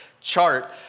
chart